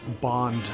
Bond